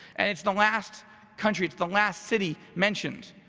and it's the last country, it's the last city mentioned.